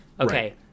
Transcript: okay